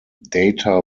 data